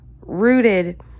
rooted